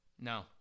No